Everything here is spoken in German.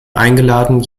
eingeladen